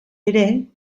ere